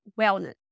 wellness